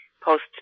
post